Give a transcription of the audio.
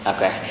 Okay